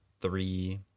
three